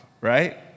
right